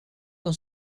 con